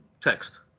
text